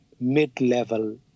mid-level